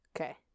Okay